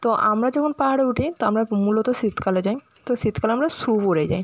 তো আমরা যখন পাহাড়ে উঠি তো আমরা মূলত শীতকালে যাই তো শীতকাল আমরা শ্যু পরে যাই